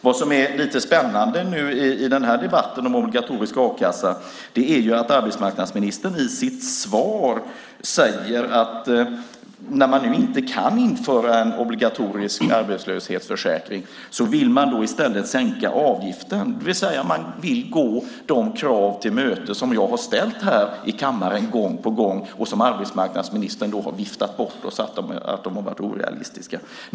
Det som är lite spännande i debatten om obligatorisk a-kassa är ju att arbetsmarknadsministern i sitt svar säger att när man nu inte kan införa en obligatorisk arbetslöshetsförsäkring vill man i stället sänka avgiften, det vill säga man vill gå de krav till mötes som jag har ställt här i kammaren gång på gång och som arbetsmarknadsministern då har viftat bort och sagt har varit orealistiska.